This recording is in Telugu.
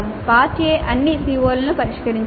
పార్ట్ A అన్ని CO లను పరిష్కరించాలి